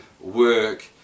work